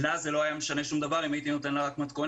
לה זה לא היה משנה שום דבר אם הייתי נותן לה רק מתכונת,